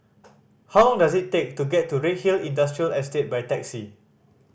how long does it take to get to Redhill Industrial Estate by taxi